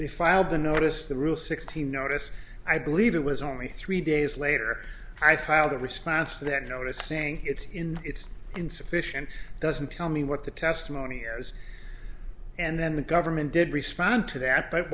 they filed the notice the rule sixteen notice i believe it was only three days later i saw the response to that notice saying it's in it's insufficient doesn't tell me what the testimony years and then the government did respond to that but